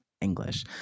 English